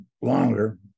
longer